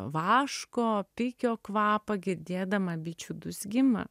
vaško pikio kvapą girdėdama bičių dūzgimą